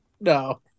no